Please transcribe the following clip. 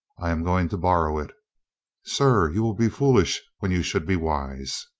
i am going to borrow it sir, you will be foolish when you should be wise.